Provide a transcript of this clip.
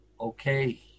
okay